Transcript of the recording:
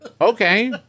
Okay